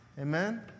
Amen